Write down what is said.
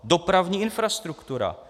Dopravní infrastruktura!